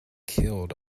killed